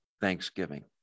thanksgiving